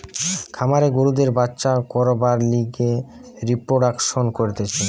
খামারে গরুদের বাচ্চা করবার লিগে রিপ্রোডাক্সন করতিছে